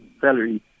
salary